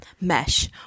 mesh